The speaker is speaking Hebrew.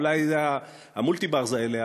אולי זה ה-multi-bars האלה,